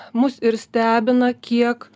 mus ir stebina kiek